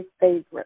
favorite